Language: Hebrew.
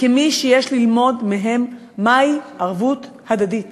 כמי שיש ללמוד מהם מהי ערבות הדדית